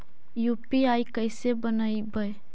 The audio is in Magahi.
यु.पी.आई कैसे बनइबै?